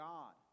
God